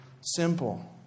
simple